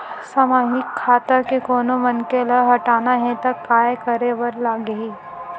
सामूहिक खाता के कोनो मनखे ला हटाना हे ता काय करे बर लागही?